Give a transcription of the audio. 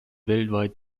weltweit